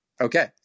Okay